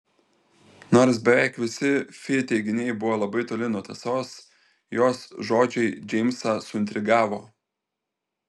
nors beveik visi fi teiginiai buvo labai toli nuo tiesos jos žodžiai džeimsą suintrigavo